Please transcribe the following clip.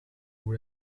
vous